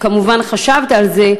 כמובן חשבת על זה,